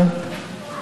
זהו.